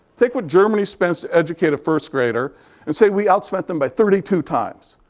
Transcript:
take what germany spends to educate a first grader and say, we outspent them by thirty two times.